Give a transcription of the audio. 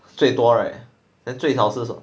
最多 right then 最少是什么